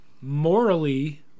morally